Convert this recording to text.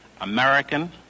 American